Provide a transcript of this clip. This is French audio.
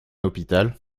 hôpital